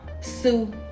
Sue